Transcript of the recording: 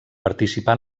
participà